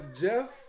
jeff